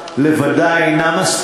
כהן, תבקש, נראה שהמלחמה לבדה אינה מספיקה.